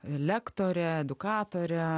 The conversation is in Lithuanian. lektorę edukatorę